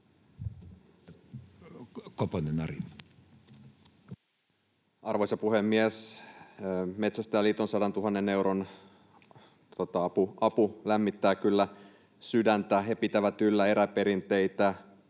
Arvoisa puhemies! Metsästäjäliiton 100 000 euron apu lämmittää kyllä sydäntä. He pitävät yllä eräperinteitä